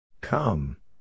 Come